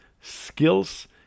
skills